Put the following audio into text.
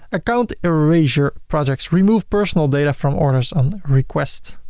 account erasure projects remove personal data from orders on request